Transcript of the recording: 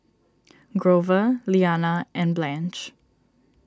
Grover Liana and Blanche